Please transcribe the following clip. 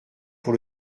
pour